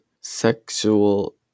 sexual